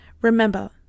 Remember